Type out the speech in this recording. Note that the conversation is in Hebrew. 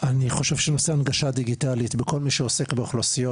אני חושב שנושא הנגשה דיגיטלית בכל מי שעוסק באוכלוסיות